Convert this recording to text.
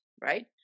right